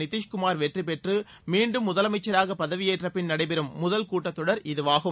நிதிஷ் குமார் வெற்றி பெற்று மீண்டும் முதலமைச்சராகப் பதவியேற்ற பின் நடைபெறும் முதல் கூட்டத் தொடர் இதுவாகும்